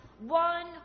one